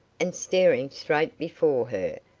and staring straight before her,